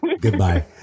Goodbye